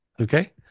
Okay